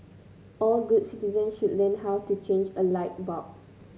all good citizens should learn how to change a light bulb